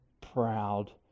proud